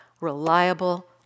reliable